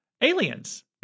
Aliens